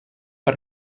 per